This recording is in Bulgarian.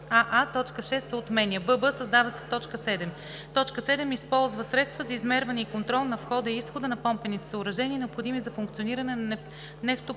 6 се отменя; бб) създава се т. 7: „7. използва средства за измерване и контрол на входа и изхода на помпените съоръжения, необходими за функциониране на нефтопродуктопровода,